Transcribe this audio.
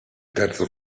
terzo